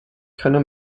könne